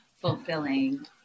fulfilling